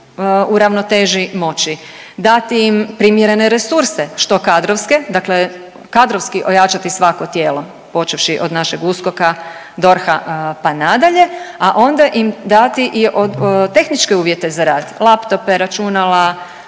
ravnoteži moći, dati im primjerene resurse što kadrovske, dakle kadrovski ojačati svako tijelo počevši od našeg USKOK-a, DORH-a pa nadalje, a onda ima dati i tehničke uvjete za rad laptope, računala,